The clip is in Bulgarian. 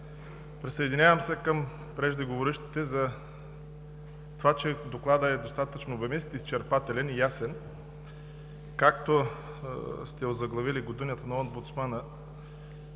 Присъединявам се към преждеговорившите за това, че докладът е достатъчно обемист, изчерпателен и ясен. Както сте озаглавили „Годината на омбудсмана“,